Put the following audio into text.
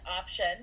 option